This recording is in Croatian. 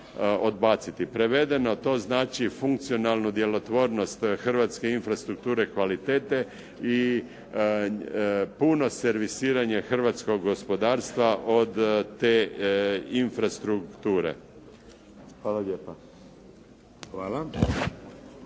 Prevedeno to znači funkcionalnu djelotvornost hrvatske infrastrukture kvalitete i puno servisiranje hrvatskog gospodarstva od te infrastrukture. Hvala lijepa.